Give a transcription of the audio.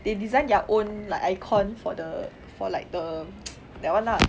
they design their own like icon for the for like the that one lah